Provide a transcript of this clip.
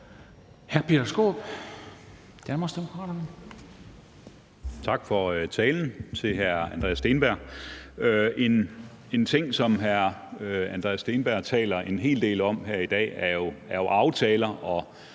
Hr. Peter Skaarup, Danmarksdemokraterne.